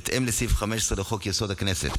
בהתאם לסעיף 15 לחוק-יסוד: הכנסת